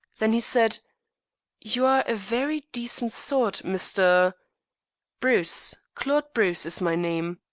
then he said you are a very decent sort, mr bruce claude bruce is my name.